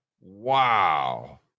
Wow